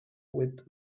with